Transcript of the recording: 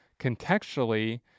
contextually